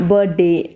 Birthday